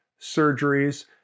surgeries